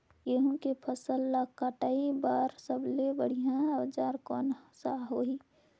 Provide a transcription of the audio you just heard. गहूं के फसल ला कटाई बार सबले बढ़िया औजार कोन सा होही?